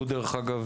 דרך אגב,